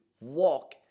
walk